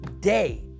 day